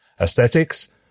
Aesthetics